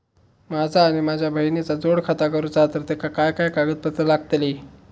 माझा आणि माझ्या बहिणीचा जोड खाता करूचा हा तर तेका काय काय कागदपत्र लागतली?